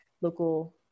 local